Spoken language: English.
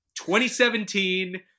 2017